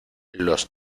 los